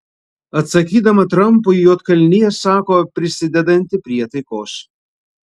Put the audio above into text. atsakydama trampui juodkalnija sako prisidedanti prie taikos